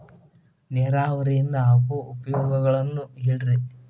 ನೇರಾವರಿಯಿಂದ ಆಗೋ ಉಪಯೋಗಗಳನ್ನು ಹೇಳ್ರಿ